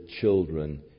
children